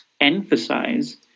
emphasize